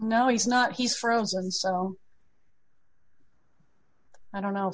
now he's not he's frozen so i don't know